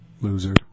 loser